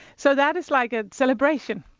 so that is like a celebration!